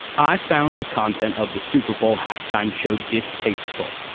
i found the content of the super bowl halftime show distasteful.